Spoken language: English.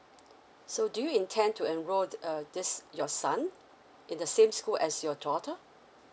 so do you intend to enrol uh this your son in the same school as your daughter